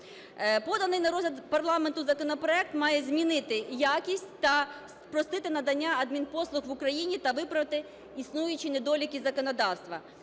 Поданий на розгляд парламенту законопроект має змінити якість та спростити надання адмінпослуг в Україні та виправити існуючі недоліки законодавства,